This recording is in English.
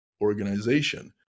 organization